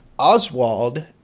Oswald